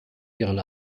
ihren